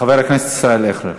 חבר הכנסת אייכלר,